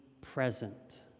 present